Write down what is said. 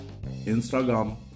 Instagram